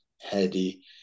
heady